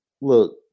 Look